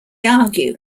argue